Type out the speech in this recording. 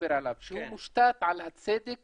דיבר עליו, שהוא מושתת על צדק